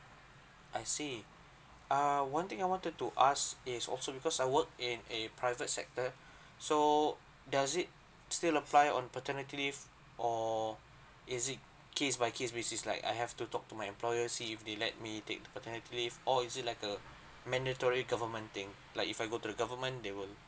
I see err one thing I wanted to ask is also because I work in a private sector so does it still apply on paternity leave or is it case by case basis like I have to talk to my employer see if they let me take the paternity leave or is it like uh mandatory government thing like if I go to the government they will